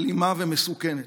אלימה ומסוכנת.